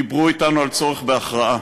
דיברו אתנו על צורך בהכרעה.